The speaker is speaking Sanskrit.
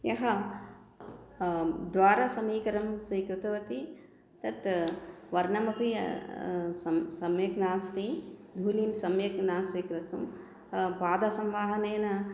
यः द्वारसमीकरं स्वीकृतवती तत् वर्णमपि सं सम्यक् नास्ति धूलिं सम्यक् न स्वीकर्तुं पादसंवाहनेन